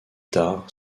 tard